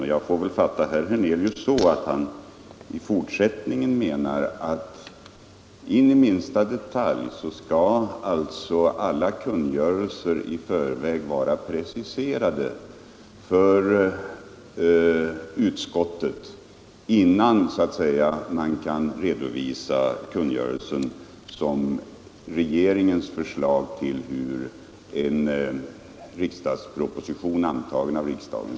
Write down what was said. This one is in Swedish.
Men jag får väl fatta herr Hernelius så, att han menar att i fortsättningen skall alla kungörelser in i minsta detalj i förväg vara preciserade för utskottet.